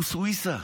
הוא סויסה.